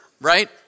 right